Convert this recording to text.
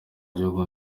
gihugu